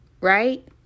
Right